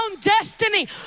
destiny